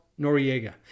Noriega